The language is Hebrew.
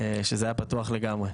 כשזה היה פתוח לגמרי.